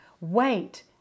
Wait